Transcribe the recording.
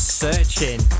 searching